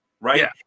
right